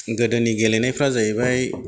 गोदोनि गेलेनायफ्रा जाहैबाय